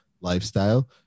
lifestyle